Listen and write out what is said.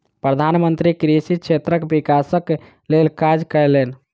प्रधान मंत्री कृषि क्षेत्रक विकासक लेल काज कयलैन